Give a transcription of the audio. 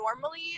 normally